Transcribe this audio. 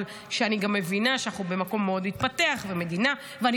אבל אני מבינה שאנחנו במקום מאוד מתפתח ומדינה ואני